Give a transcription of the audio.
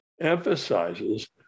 emphasizes